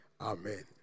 Amen